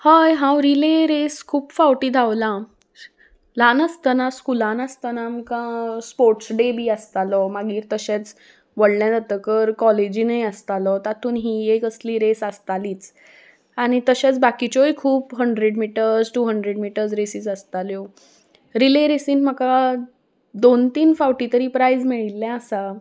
हय हांव relay race खूब फावटी धांवलां ल्हान आसतना स्कुलान आसतना आमकां स्पोर्ट्स डे बी आसतालो मागीर तशेंच व्हडले जातकर कॉलेजीनूय आसतालो तातूंत ही एक असली रेस आसतालीच आनी तशेंच बाकिच्योय खूब hundred metres two hundred metres races आसताल्यो रिले रेसीन म्हाका दोन तीन फावटी तरी प्रायज मेळिल्लें आसा